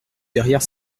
derrière